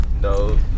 No